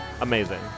amazing